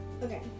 Okay